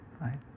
right